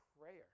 prayer